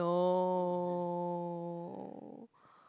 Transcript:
no